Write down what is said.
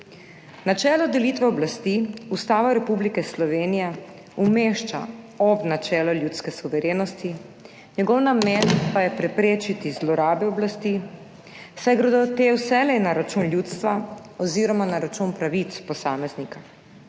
Načelo delitve oblasti Ustava Republike Slovenije umešča ob načelo ljudske suverenosti, njegov namen pa je preprečiti zlorabe oblasti, saj gredo te vselej na račun ljudstva oziroma na račun pravic posameznika.